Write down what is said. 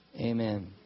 Amen